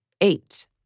eight